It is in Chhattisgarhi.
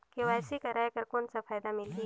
के.वाई.सी कराय कर कौन का फायदा मिलही?